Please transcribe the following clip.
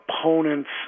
opponents